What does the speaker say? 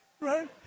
Right